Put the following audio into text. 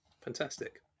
Fantastic